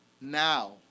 now